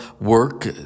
work